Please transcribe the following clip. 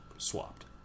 Swapped